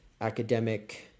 academic